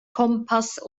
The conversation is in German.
kompass